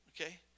okay